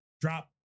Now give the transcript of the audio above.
drop